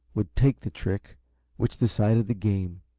would take the trick which decided the game.